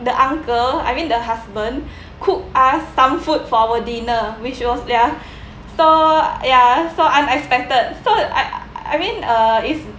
the uncle I mean the husband cook us some food for our dinner which was their so ya so unexpected so I I mean is